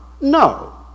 no